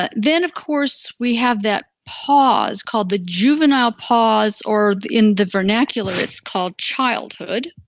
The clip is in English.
but then of course, we have that pause called the juvenile pause, or in the vernacular, it's called childhood.